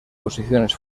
posiciones